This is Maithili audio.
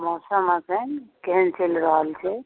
मौसम एखन केहन चलि रहल छै